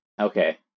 Okay